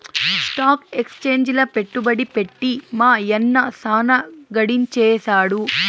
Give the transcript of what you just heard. stock ఎక్సేంజిల పెట్టుబడి పెట్టి మా యన్న సాన గడించేసాడు